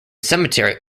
cemetery